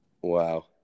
Wow